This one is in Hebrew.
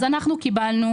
אז אנחנו קיבלנו